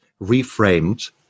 reframed